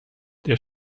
der